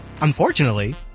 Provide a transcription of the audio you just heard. unfortunately